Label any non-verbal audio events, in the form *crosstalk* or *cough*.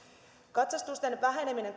katsastusten väheneminen *unintelligible*